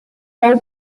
hope